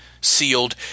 sealed